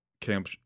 camp